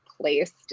placed